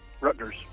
rutgers